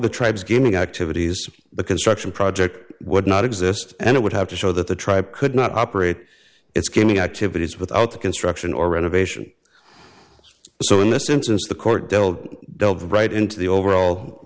the tribes gaming activities the construction project would not exist and it would have to show that the tribe could not operate its gaming activities without the construction or renovation so in this instance the court build delve right into the overall